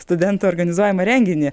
studentų organizuojamą renginį